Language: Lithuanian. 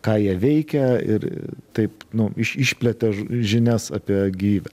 ką jie veikia ir taip nu iš išplėtė žinias apie gyvybę